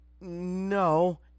No